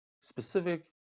specific